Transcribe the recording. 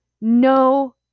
No